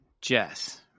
Jess